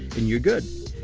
and you're good.